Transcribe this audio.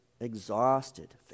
exhausted